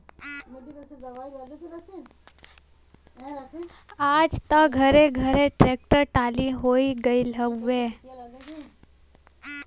आज त घरे घरे ट्रेक्टर टाली होई गईल हउवे